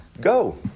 Go